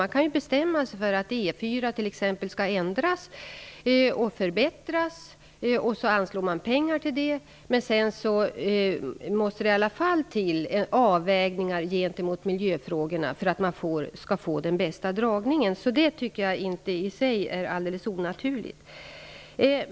Man kan bestämma sig för att t.ex. E 4 skall ändras och förbättras, och så anslår man pengar till det, men sedan måste det i alla fall till avvägningar gentemot miljöfrågorna för att man skall få den bästa dragningen. Det tycker jag inte i sig är alldeles onaturligt.